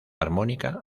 armónica